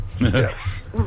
Yes